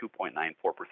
2.94%